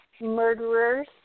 murderers